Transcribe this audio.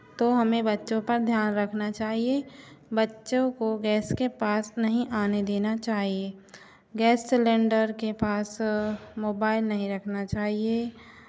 तो हमें बच्चों पर ध्यान रखना चाहिए बच्चों को गैस के पास नहीं आने देना चाहिए गैस सिलेंडर के पास मोबाइल नहीं रखना चाहिए